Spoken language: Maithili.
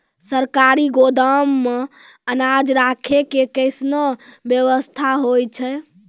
सरकारी गोदाम मे अनाज राखै के कैसनौ वयवस्था होय छै?